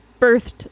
birthed